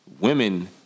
Women